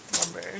number